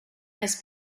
his